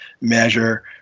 measure